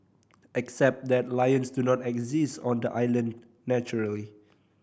except that lions do not exist on the island naturally